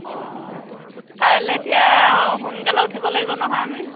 অঁ কাইলে এতিয়া সোনকালে উঠিব লাগিব নহয় আমি